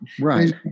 Right